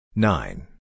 Nine